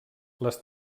les